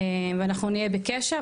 ואנחנו נהיה בקשר,